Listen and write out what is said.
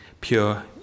pure